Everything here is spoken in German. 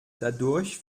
dadurch